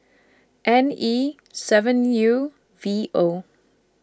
N E seven U V O